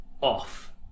off